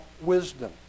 wisdom